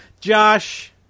Josh